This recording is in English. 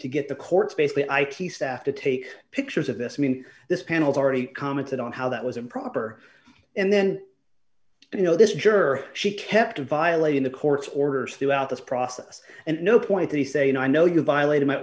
to get the courts basically ickes staff to take pictures of this i mean this panel's already commented on how that was improper and then you know this juror she kept violating the court's orders throughout this process and no point they say you know i know you violated my